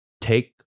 take